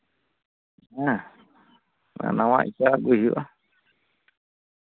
ᱦᱮᱸ ᱱᱚᱣᱟ ᱡᱟᱜᱮ ᱦᱩᱭᱩᱜᱼᱟ